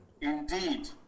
Indeed